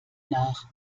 nach